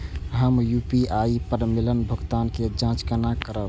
हम यू.पी.आई पर मिलल भुगतान के जाँच केना करब?